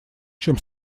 чем